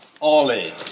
Ollie